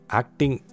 acting